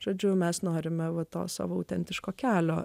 žodžiu mes norime vatos savo autentiško kelio